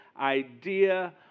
idea